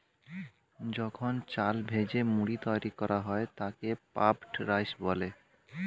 যখন চাল ভেজে মুড়ি তৈরি করা হয় তাকে পাফড রাইস বলে